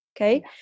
Okay